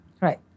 Right